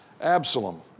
Absalom